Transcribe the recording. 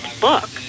book